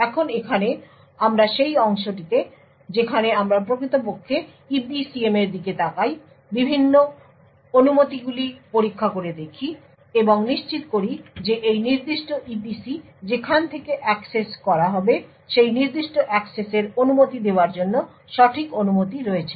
এখন এখানে আমরা সেই অংশটিতে যেখানে আমরা প্রকৃতপক্ষে EPCM এর দিকে তাকাই বিভিন্ন অনুমতিগুলি পরীক্ষা করে দেখি এবং নিশ্চিত করি যে এই নির্দিষ্ট EPC যেখান থেকে অ্যাক্সেস করা হবে সেই নির্দিষ্ট অ্যাক্সেসের অনুমতি দেওয়ার জন্য সঠিক অনুমতি রয়েছে